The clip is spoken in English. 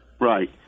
Right